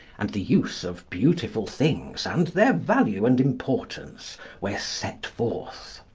and the use of beautiful things and their value and importance were set forth.